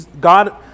God